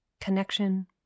connection